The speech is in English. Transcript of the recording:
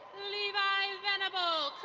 levi venable,